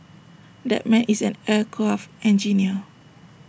that man is an aircraft engineer